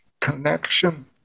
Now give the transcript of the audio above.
connection